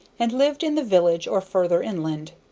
and lived in the village or farther inland.